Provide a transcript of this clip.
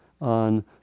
on